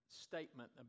statement